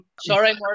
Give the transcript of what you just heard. Sorry